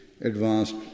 advanced